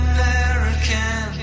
American